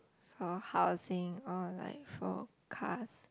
for housing or like for cars